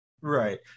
Right